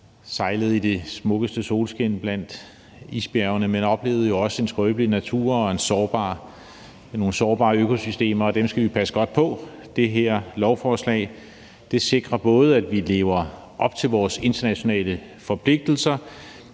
sejlede i det smukkeste solskin blandt isbjergene, men oplevede jo også en skrøbelig natur og nogle sårbare økosystemer, og dem skal vi passe godt på. Det her lovforslag sikrer både, at vi lever op til vores internationale forpligtigelser